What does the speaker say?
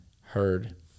heard